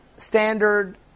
Standard